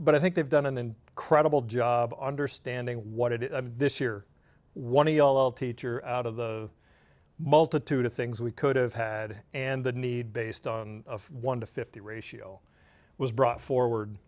but i think they've done and then credible job understanding what it is this year one of the teacher out of the multitude of things we could have had and the need based on one to fifty ratio was brought forward